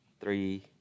three